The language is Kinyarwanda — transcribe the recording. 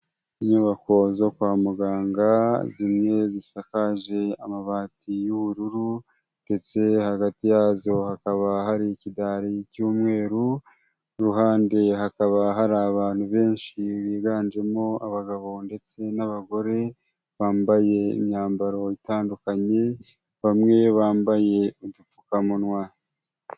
Inyubako zo kwa muganga, zimwe zisakaje amabati y'ubururu ndetse hagati yazo hakaba hari ikidari cy'umweru, iruhande hakaba hari abantu benshi biganjemo abagabo ndetse n'abagore, bambaye imyambaro itandukanye, bamwe bambaye udupfukamunwa.